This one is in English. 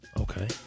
Okay